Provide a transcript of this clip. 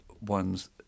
ones